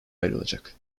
ayrılacak